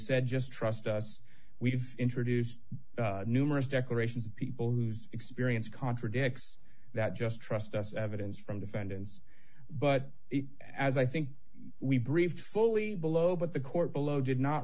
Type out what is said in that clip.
said just trust us we've introduced numerous declarations of people whose experience contradicts that just trust us evidence from defendants but as i think we briefed fully below but the court below did not